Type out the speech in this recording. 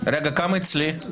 רגע, כמה אצלי?